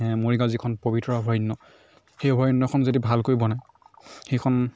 মৰিগাঁও যিখন পবিতৰা অভয়াৰণ্য সেই অভয়ৰণ্যখন যদি ভালকৈ বনাই সেইখন